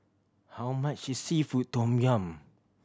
how much is seafood tom yum